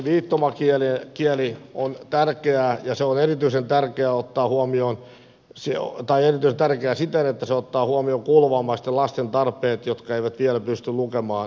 myöskin viittomakieli on tärkeää ja se on erityisen tärkeää siten että se ottaa huomioon niiden kuulovammaisten lasten tarpeet jotka eivät vielä pysty lukemaan tekstitystä